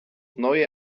neue